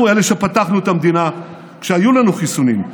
אנחנו אלה שפתחנו את המדינה כשהיו לנו חיסונים.